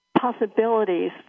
possibilities